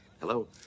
Hello